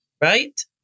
right